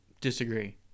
Disagree